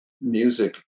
music